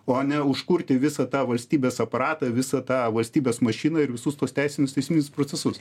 o ne užkurti visą tą valstybės aparatą visą tą valstybės mašiną ir visus tuos teisinius teisminius procesus